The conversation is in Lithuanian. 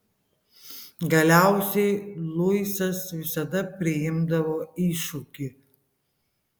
galiausiai luisas visada priimdavo iššūkį